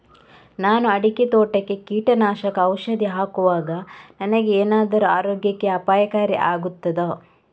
ನಾನು ಅಡಿಕೆ ತೋಟಕ್ಕೆ ಕೀಟನಾಶಕ ಔಷಧಿ ಹಾಕುವಾಗ ನನಗೆ ಏನಾದರೂ ಆರೋಗ್ಯಕ್ಕೆ ಅಪಾಯಕಾರಿ ಆಗುತ್ತದಾ?